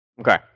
Okay